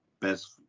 best